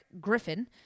Griffin